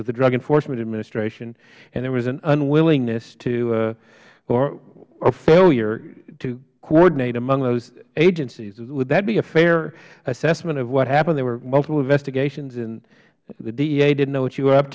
with the drug enforcement administration and there was an unwillingness to or a failure to coordinate among those agencies would that be a fair assessment of what happened there were multiple investigations and the dea didn't know what you